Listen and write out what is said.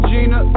Gina